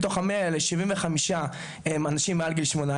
מתוך ה-100 האלה 75 הם אנשים מעל גיל 18,